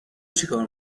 چیکار